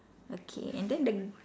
okay and then the